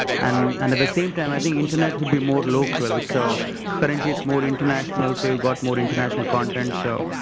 and and at the same time i think internet could be more local. so currently it's more international so you've got more international contents so